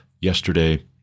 yesterday